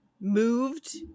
moved